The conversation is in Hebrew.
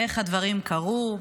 איך הדברים קרו.